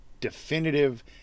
definitive